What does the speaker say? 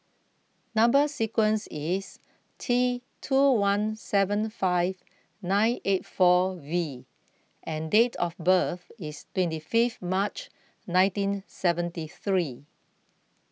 Number Sequence is T two one seven five nine eight four V and date of birth is twenty fifth March nineteen seventy three